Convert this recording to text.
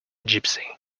gipsy